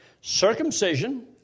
Circumcision